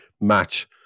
match